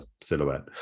silhouette